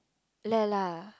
let lah